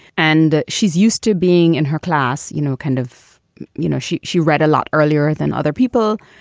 and she's used to being in her class, you know, kind of you know, she she read a lot earlier than other people.